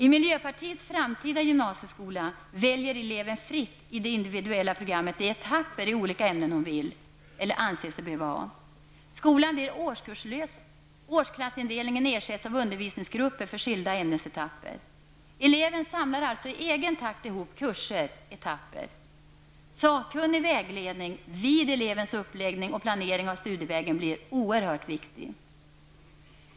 I miljöpartiets framtida gymnasieskola väljer eleven fritt i det individuella programmet de etapper i olika ämnen hon vill eller anser sig behöva ha. Skolan blir årskurslös. Årsklass indelning ersätts av undervisningsgrupper för skilda ämnesetapper. Eleven samlar alltså, i egen takt, ihop kurser/etapper. Det blir oerhört viktigt med sakkunnig vägledning vid elevens uppläggning och planering av studievägen.